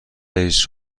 رییس